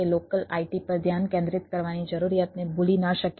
તે local IT પર ધ્યાન કેન્દ્રિત કરવાની જરૂરિયાતને ભૂલી ન શકે